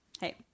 hey